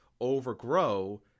overgrow